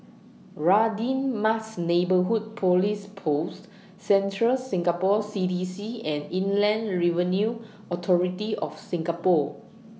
Radin Mas Neighbourhood Police Post Central Singapore C D C and Inland Revenue Authority of Singapore